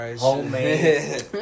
Homemade